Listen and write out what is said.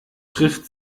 trifft